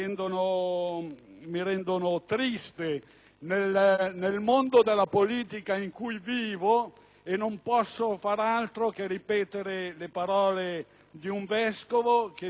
mi rendono triste, nel mondo della politica in cui vivo, e non posso far altro che ripetere le parole di un vescovo che dice: